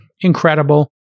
incredible